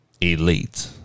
elite